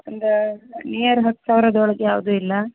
ಅಂದ್ರೆ ನಿಯರ್ ಹತ್ತು ಸಾವಿರದ್ ಒಳಗೆ ಯಾವುದೂ ಇಲ್ವಾ